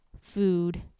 food